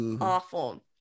awful